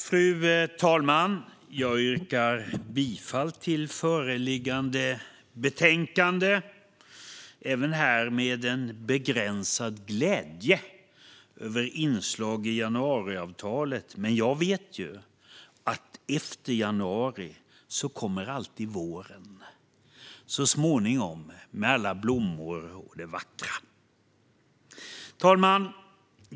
Fru talman! Jag yrkar bifall till förslaget i föreliggande betänkande, även här med en begränsad glädje över inslag i januariavtalet. Men efter januari kommer alltid våren så småningom, med alla blommor och det vackra. Fru talman!